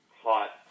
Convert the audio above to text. hot